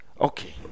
Okay